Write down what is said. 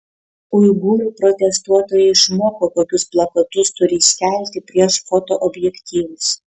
uigūrų protestuotojai išmoko kokius plakatus turi iškelti prieš fotoobjektyvus